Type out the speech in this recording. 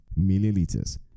milliliters